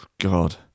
God